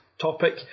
topic